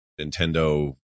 nintendo